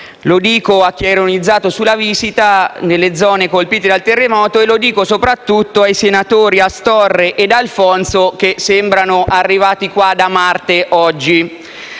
rivolgo a chi ha ironizzato sulla visita nelle zone colpite dal terremoto e soprattutto ai senatori Astorre e D'Alfonso, che sembrano oggi arrivati qua da Marte.